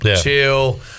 chill